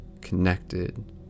connected